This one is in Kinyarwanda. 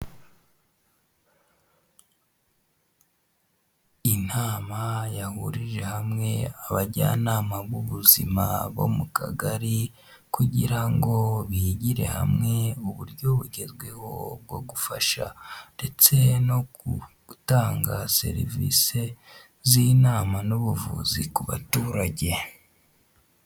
Inama yahurije hamwe abajyanama bubuzima bo mu kagari kugira ngo bigire hamwe uburyo bugezweho bwo gufasha ndetse no gutanga serivisi z'inama n'ubuvuzi ku baturage.